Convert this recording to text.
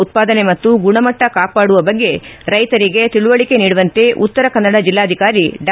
ಉತ್ಪಾದನೆ ಮತ್ತು ಗುಣಮಟ್ಟ ಕಾಪಾಡುವ ಬಗ್ಗೆ ರೈತರಿಗೆ ತಿಳಿವಳಿಕೆ ನೀಡುವಂತೆ ಉತ್ತರ ಕನ್ನಡ ಜಿಲ್ಲಾಧಿಕಾರಿ ಡಾ